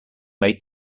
may